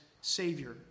Savior